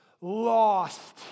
lost